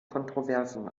kontroversen